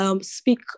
speak